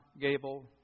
Gable